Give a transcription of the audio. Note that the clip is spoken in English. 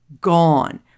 gone